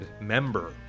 member